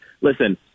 listen